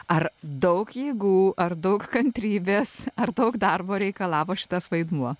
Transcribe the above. ar daug jėgų ar daug kantrybės ar daug darbo reikalavo šitas vaidmuo